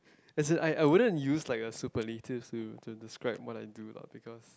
as in I I wouldn't use like a superlative to to describe what I do lah because